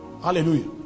Hallelujah